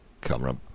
Camera